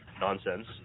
nonsense